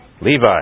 Levi